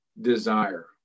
desire